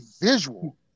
visual